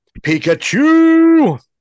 Pikachu